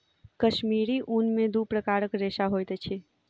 कश्मीरी ऊन में दू प्रकारक रेशा होइत अछि